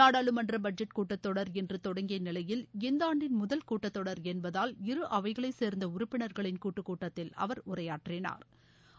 நாடாளுமன்ற பட்ஜெட் கூட்டத்தொடர் இன்று தொடங்கிய நிலையில் இந்த ஆண்டின் முதல் கூட்டத்தொடர் என்பதால் இரு அவைகளைச் சேர்ந்த உறுப்பினர்களின் கூட்டுக் கூட்டத்தில் அவர் உரையாற்றினா்